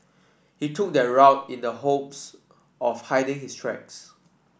he took that route in the hopes of hiding his tracks